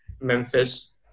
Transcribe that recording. Memphis